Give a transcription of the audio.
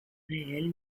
réels